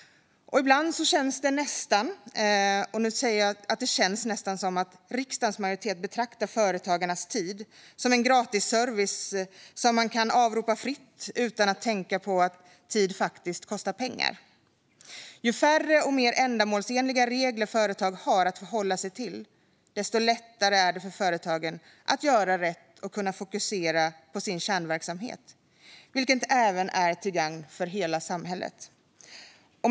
Ibland känns det nästan som att riksdagens majoritet betraktar företagarnas tid som en gratis service som man kan avropa fritt utan att tänka på att tid faktiskt kostar pengar. Ju färre och mer ändamålsenliga regler företag har att förhålla sig till, desto lättare är det för företagen att göra rätt och kunna fokusera på sin kärnverksamhet, vilket även är till gagn för hela samhället.